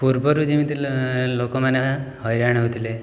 ପୂର୍ବରୁ ଯେମିତି ଲୋକମାନେ ହଇରାଣ ହଉଥିଲେ